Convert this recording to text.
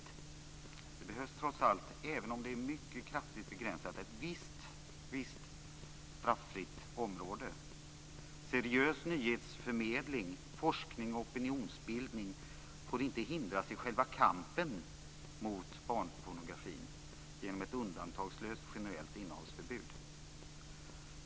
Det behövs trots allt, även om det är mycket kraftigt begränsat, ett visst straffritt område. Seriös nyhetsförmedling, forskning och opinionsbildning får inte hindras i själva kampen mot barnpornografin genom ett undantagslöst generellt innehållsförbud.